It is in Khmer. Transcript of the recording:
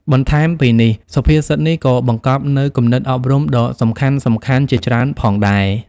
បន្ថែមពីនេះ សុភាសិតនេះក៏បង្កប់នូវគំនិតអប់រំដ៏សំខាន់ៗជាច្រើនផងដែរ។